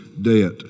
debt